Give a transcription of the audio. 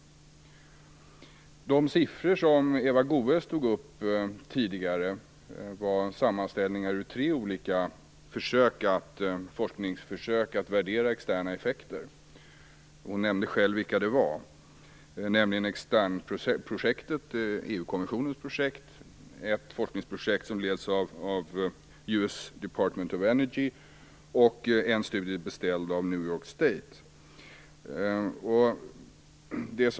De siffror Eva Goës tog upp tidigare var sammanställningar ur tre olika forskningsförsök att värdera externa effekter. Hon nämnde själv vilka det är; Energy och en studie beställd av New York State.